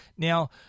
Now